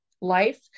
life